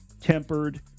tempered